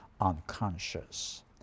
unconscious